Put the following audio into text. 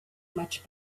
much